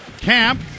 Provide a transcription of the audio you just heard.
Camp